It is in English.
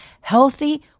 healthy